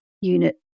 unit